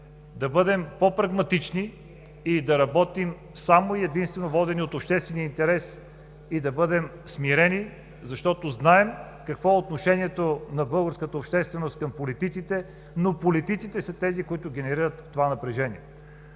да бъдем по-прагматични и да работим само и единствено водени от обществения интерес и да бъдем смирени, защото знаем какво е отношението на българската общественост към политиците, но политиците са тези, които генерират това напрежение.